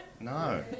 No